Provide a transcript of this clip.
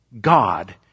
God